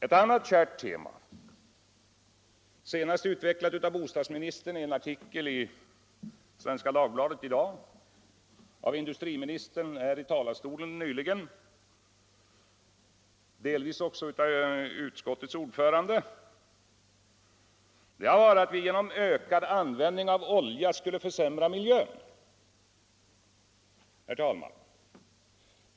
Ett annat kärt tema, senast utvecklat av bostadsministern i en artikel i Svenska Dagbladet i dag, av industriministern här i talarstolen nyligen och delvis också av utskottets ordförande, har varit att vi genom ökad användning av olja skulle försämra miljön. Herr talman!